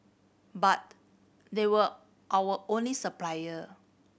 but they were our only supplier